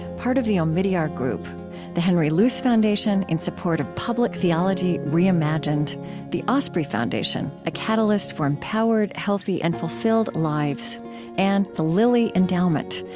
part of the omidyar group the henry luce foundation, in support of public theology reimagined the osprey foundation a catalyst for empowered, healthy, and fulfilled lives and the lilly endowment,